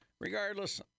Regardless